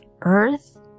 earth